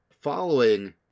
Following